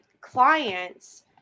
clients